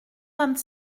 vingt